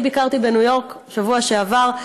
אני ביקרתי בניו יורק בשבוע שעבר,